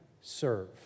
serve